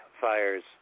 fires